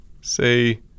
say